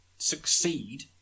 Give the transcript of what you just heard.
succeed